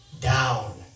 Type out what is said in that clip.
down